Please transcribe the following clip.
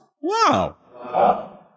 Wow